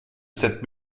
cette